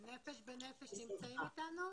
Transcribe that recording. "נפש בנפש", נמצאים איתנו?